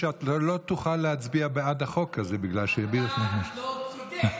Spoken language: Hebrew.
שלא תוכל להצביע בעד החוק הזה בגלל אתה לא צודק.